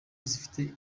zifite